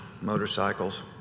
motorcycles